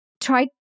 try